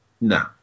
No